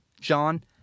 John